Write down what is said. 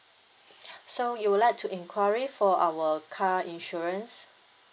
so you would like to inquiry for our car insurance